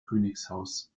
königshaus